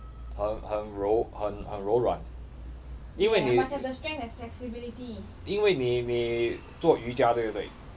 很很柔很很柔软因为你因为你你做瑜伽对不对